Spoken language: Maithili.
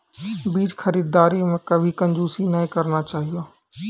बीज खरीददारी मॅ कभी कंजूसी नाय करना चाहियो